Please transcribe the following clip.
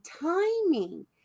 timing